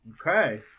Okay